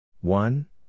One